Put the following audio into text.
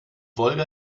wolga